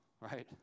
right